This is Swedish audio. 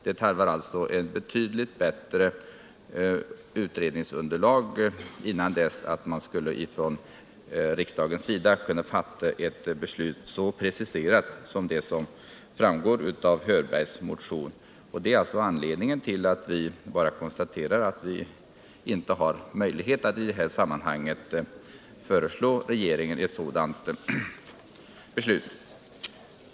Det tarvas alltså ett betydligt bättre utredningsunderlag innan riksdagen kan fatta ett så preciserat beslut som det som nu krävs i herr Hörbergs motion, Det är också anledningen till att vi konstaterat att vi inte har möjlighet atti det här sammanhanget föreslå att regeringen fattar ett sådant beslut.